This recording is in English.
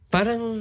Parang